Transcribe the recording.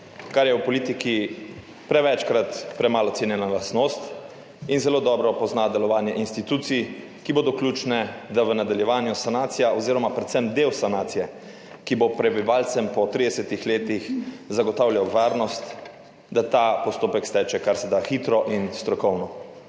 kar je v politiki prevečkrat premalo cenjena lastnost, in zelo dobro pozna delovanje institucij, ki bodo ključne, da v nadaljevanju sanacija oz. predvsem del sanacije, ki bo prebivalcem po 30 letih zagotavljal varnost, da ta postopek steče karseda hitro in strokovno.